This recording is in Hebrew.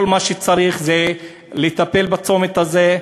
כל מה שצריך זה לטפל בצומת הזה,